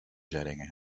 jetting